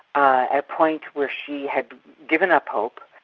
a point where she had given up hope,